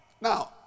Now